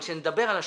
אבל שנדבר על השולחן.